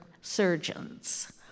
surgeons